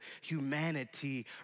humanity